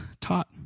taught